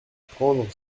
prendre